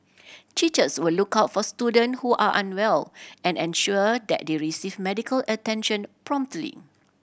teachers will look out for student who are unwell and ensure that they receive medical attention promptly